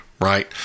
right